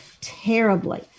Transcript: terribly